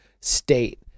state